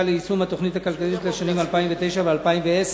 ליישום התוכנית הכלכלית לשנים 2009 ו-2010)